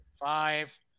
Five